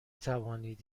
توانید